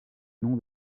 nom